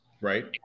Right